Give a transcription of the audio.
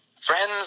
friends